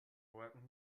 morgens